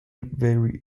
very